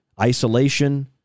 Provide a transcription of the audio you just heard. isolation